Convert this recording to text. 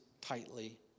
tightly